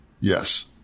yes